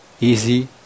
easy